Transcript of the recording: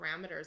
parameters